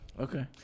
Okay